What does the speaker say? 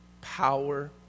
power